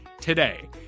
today